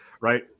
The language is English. right